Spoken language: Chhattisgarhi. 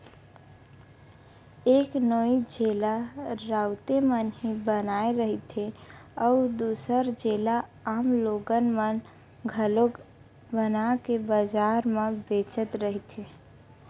एक नोई जेला राउते मन ही बनाए रहिथे, अउ दूसर जेला आम लोगन मन घलोक बनाके बजार म बेचत रहिथे